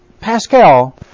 Pascal